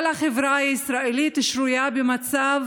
כל החברה הישראלית שרויה במצב